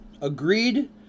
agreed